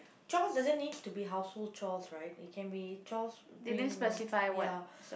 chores doesn't needs to be household chores right it can be chores during ya